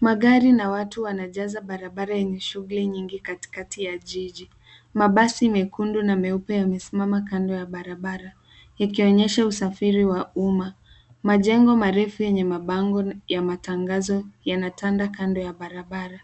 Magari na watu wanajaza barabara yenye shughuli nyingi katikati ya jiji. Mabasi mekundu na meupe yamesimama kando ya barabara, yakionyesha usafiri wa umma. Majengo marefu yenye mabango ya matangazo yanatanda kando ya barabara.